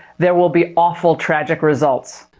there will be awful, tragic results.